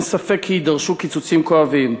אין ספק כי יידרשו קיצוצים כואבים,